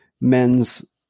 men's